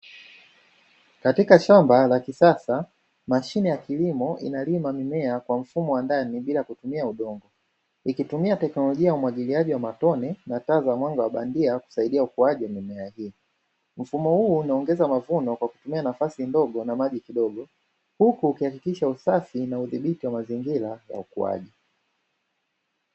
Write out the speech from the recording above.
Katika shamba la kisasa mashine ya kilimo inalima mimea kwa mfumo wa ndani bila kutumia udongo, ikitumia teknolojia ya umwagiliaji wa matone na taa za mwanga wa bandia kusaidia ukuaji mimea hiyo, mfumo huu unaongeza mavuno kwa kutumia nafasi ndogo na maji kidogo huku ukihakikisha usafi na udhibiti wa mazingira ya ukuaji.